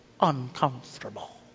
uncomfortable